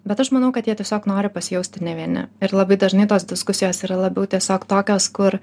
bet aš manau kad jie tiesiog nori pasijausti ne vieni ir labai dažnai tos diskusijos yra labiau tiesiog tokios kur